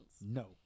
No